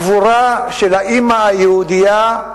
הגבורה של האמא היהודייה,